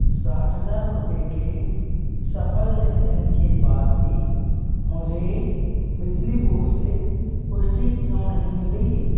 साठ हज़ार रुपये के सफल लेनदेन के बाद भी मुझे बिजली बोर्ड से पुष्टी क्यों नहीं मिली